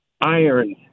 iron